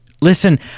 listen